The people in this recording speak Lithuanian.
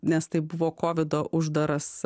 nes tai buvo kovido uždaras